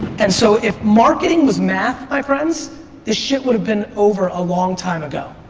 and so if marketing was math my friends this shit would been over a long time ago.